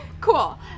cool